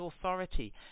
authority